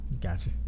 Gotcha